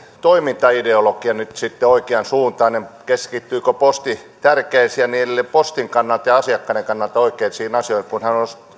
toimintaideologia nyt sitten oikeansuuntainen keskittyykö posti tärkeisiin ja postin kannalta ja asiakkaiden kannalta oikeisiin asioihin kun